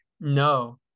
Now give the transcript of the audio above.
No